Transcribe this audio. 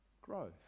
growth